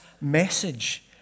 message